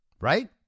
right